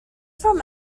from